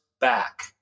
back